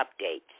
updates